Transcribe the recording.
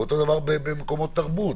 אותו דבר מקומות תרבות.